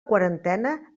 quarantena